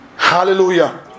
Hallelujah